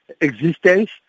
existence